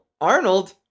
Arnold